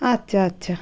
আচ্ছা আচ্ছা